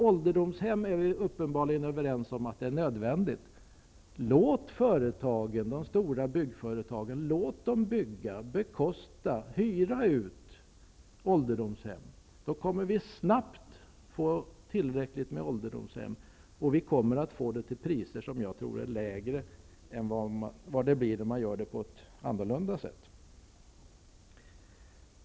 Vi är uppenbarligen överens om att det är nödvändigt att bygga ålderdomshem. Låt de stora byggföretagen bygga, bekosta och hyra ut ålderdomshem. Då kommer vi snart att få tillräckligt med ålderdomshem, och vi kommer att få dem till priser som jag tror är lägre än om man gjorde på ett annorlunda sätt.